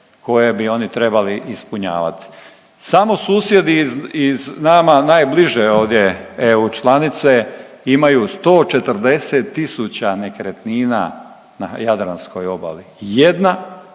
koje bi oni trebali ispunjavati. Samo susjedi iz nama najbliže ovdje EU članice imaju 140 tisuća nekretnina na jadranskoj obali, jedna